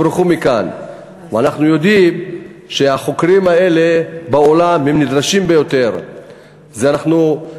ואנחנו יודעים שהחוקרים האלה נדרשים ביותר בעולם.